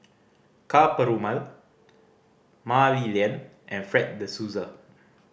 Ka Perumal Mah Li Lian and Fred De Souza